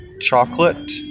chocolate